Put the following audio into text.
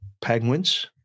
Penguins